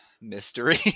mystery